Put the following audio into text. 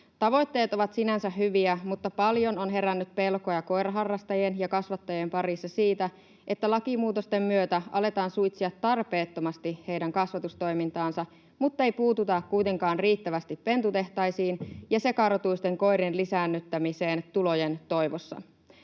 Tavoitteet ovat sinänsä hyviä, mutta paljon on herännyt pelkoja koiraharrastajien ja -kasvattajien parissa siitä, että lakimuutosten myötä aletaan suitsia tarpeettomasti heidän kasvatustoimintaansa mutta ei puututa kuitenkaan riittävästi pentutehtaisiin ja sekarotuisten koirien lisäännyttämiseen tulojen toivossa.